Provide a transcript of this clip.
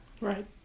Right